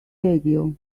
radio